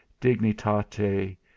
dignitate